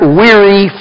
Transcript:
weary